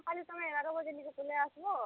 କାଲି ତମେ ଏଗାର ବଜେ ନିକେ ପଲେଇ ଆସ୍ବ